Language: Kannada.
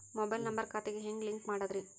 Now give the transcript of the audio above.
ಮೊಬೈಲ್ ನಂಬರ್ ಖಾತೆ ಗೆ ಹೆಂಗ್ ಲಿಂಕ್ ಮಾಡದ್ರಿ?